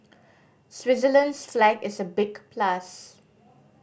Switzerland's flag is a big plus